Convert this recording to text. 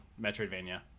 metroidvania